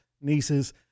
nieces